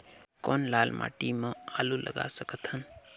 कौन लाल माटी म आलू लगा सकत हन?